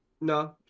No